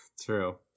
True